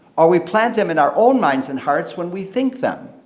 or we plant them in our own minds and hearts when we think them.